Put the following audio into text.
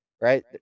right